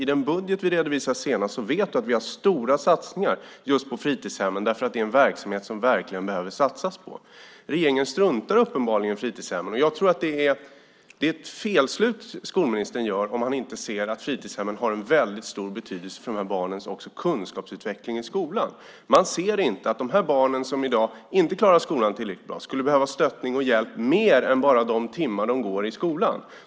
Du vet att vi i den budget som vi redovisade senast har stora satsningar just på fritidshemmen, därför att det är en verksamhet som det verkligen behöver satsas på. Regeringen struntar uppenbarligen i fritidshemmen. Jag tror att det är ett felslut av skolministern om han inte ser fritidshemmens stora betydelse också för barnens kunskapsutveckling i skolan. Man ser inte att de barn som i dag inte klarar skolan tillräckligt bra skulle behöva stöttning och hjälp mer än bara de timmar som de går i skolan.